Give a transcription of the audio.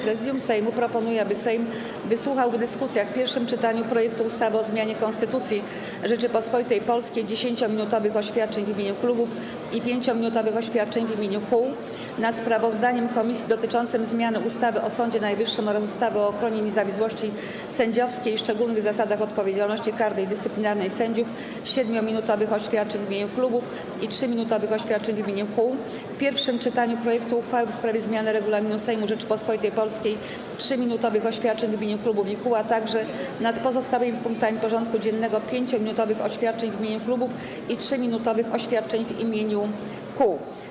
Prezydium Sejmu proponuje, aby Sejm wysłuchał w dyskusjach: - w pierwszym czytaniu projektu ustawy o zmianie Konstytucji Rzeczypospolitej Polskiej - 10-minutowych oświadczeń w imieniu klubów i 5-minutowych oświadczeń w imieniu kół, - nad sprawozdaniem komisji dotyczącym zmiany ustawy o Sądzie Najwyższym oraz ustawy o ochronie niezawisłości sędziowskiej i szczególnych zasadach odpowiedzialności karnej i dyscyplinarnej sędziów - 7-minutowych oświadczeń w imieniu klubów i 3-minutowych oświadczeń w imieniu kół, - w pierwszym czytaniu projektu uchwały w sprawie zmiany Regulaminu Sejmu Rzeczypospolitej Polskiej - 3-minutowych oświadczeń w imieniu klubów i kół, - nad pozostałymi punktami porządku dziennego - 5-minutowych oświadczeń w imieniu klubów i 3-minutowych oświadczeń w imieniu kół.